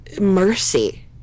Mercy